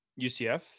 UCF